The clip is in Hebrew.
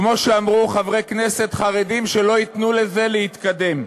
כמו שאמרו חברי כנסת חרדים שלא ייתנו לזה להתקדם.